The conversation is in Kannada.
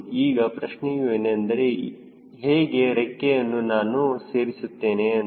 ಈಗ ಪ್ರಶ್ನೆಯೂ ಏನೆಂದರೆ ಹೇಗೆ ರೆಕ್ಕೆಯನ್ನು ನಾನು ಸೇರಿಸುತ್ತೇನೆ ಎಂದು